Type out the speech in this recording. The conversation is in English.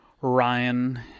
Ryan